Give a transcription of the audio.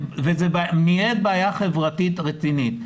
זאת בעיה חברתית רצינית.